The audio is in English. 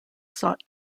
sought